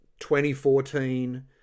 2014